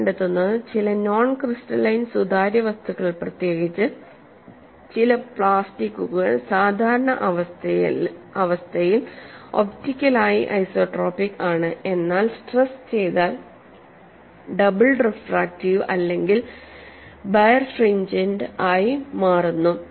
നിങ്ങൾ കണ്ടെത്തുന്നത് ചില നോൺ ക്രിസ്റ്റലൈൻ സുതാര്യ വസ്തുക്കൾ പ്രത്യേകിച്ച് ചില പ്ലാസ്റ്റിക്കുകൾ സാധാരണ അവസ്ഥയിൽ ഒപ്റ്റിക്കലായി ഐസോട്രോപിക് ആണ് എന്നാൽ സ്ട്രെസ് ചെയ്താൽ ഡബിൾ റിഫ്രാക്റ്റീവ് അല്ലെങ്കിൽ ബൈർഫ്രിംഞ്ചെന്റ് ആയി മാറുന്നു